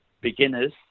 beginners